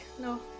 no